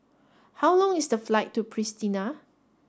how long is the flight to Pristina